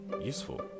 useful